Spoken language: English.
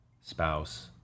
spouse